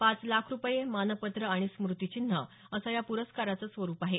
पाच लाख रुपये मानपत्र आणि स्मृतीचिन्ह असं या प्रस्काराचं स्वरुप आहे